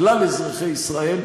כלל אזרחי ישראל,